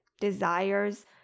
desires